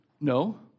No